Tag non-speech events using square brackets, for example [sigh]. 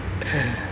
[noise]